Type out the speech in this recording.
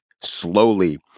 slowly